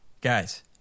Guys